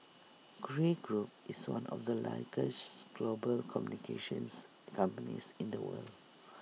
Grey Group is one of the largest global communications companies in the world